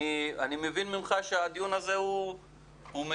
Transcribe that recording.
אני מבין ממך שהדיון הזה הוא מיותר,